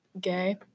gay